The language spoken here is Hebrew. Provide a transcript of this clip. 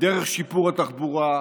דרך שיפור התחבורה,